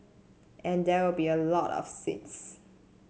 and there will be a lot of seeds